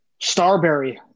Starberry